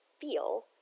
feel